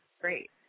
great